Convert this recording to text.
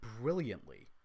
brilliantly